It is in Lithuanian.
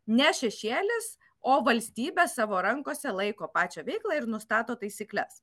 ne šešėlis o valstybė savo rankose laiko pačią veiklą ir nustato taisykles